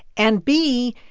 and, b,